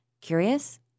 Curious